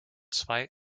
zwei